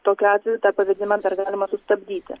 tokiu atveju tą pavedimą dar galima sustabdyti